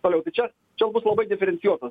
toliau tai čia čia jau bus labai diferencijuotas